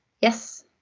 yes